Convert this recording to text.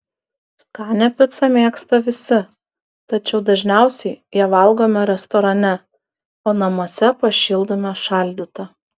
skanią picą mėgsta visi tačiau dažniausiai ją valgome restorane o namuose pašildome šaldytą